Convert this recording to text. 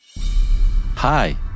Hi